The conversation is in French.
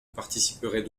participerait